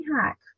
Hack